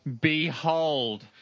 behold